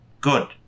good